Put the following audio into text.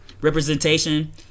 representation